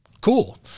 cool